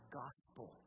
gospel